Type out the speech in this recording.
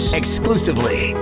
exclusively